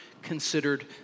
considered